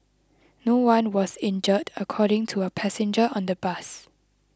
no one was injured according to a passenger on the bus